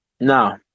No